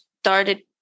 started